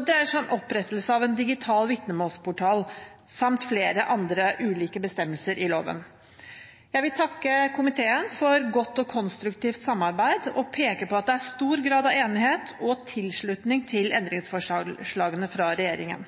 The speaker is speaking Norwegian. dreier seg om opprettelse av en digital vitnemålsportal, samt flere andre ulike bestemmelser i loven Jeg vil takke komiteen for godt og konstruktivt samarbeid og peke på at det er stor grad av enighet og tilslutning til endringsforslagene fra regjeringen.